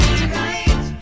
tonight